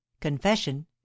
Confession